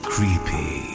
Creepy